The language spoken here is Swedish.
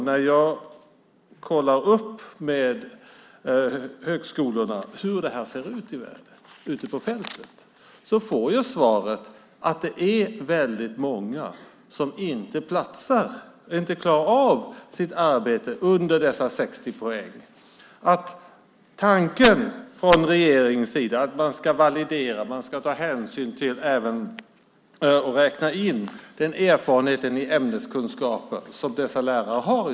När jag kollat med högskolorna hur det ser ut ute på fältet har jag fått svaret att det är många som inte platsar, inte klarar av sitt arbete, under dessa 60 poäng. Tanken från regeringens sida är att man ska validera, ta hänsyn till och räkna in den erfarenhet i ämneskunskap som dessa lärare har.